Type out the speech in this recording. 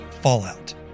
Fallout